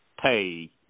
pay